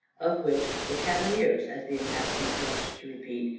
of which the cavaliers, as the inhabitants loved to repeat,